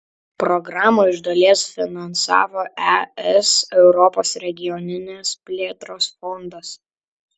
programą iš dalies finansavo es europos regioninės plėtros fondas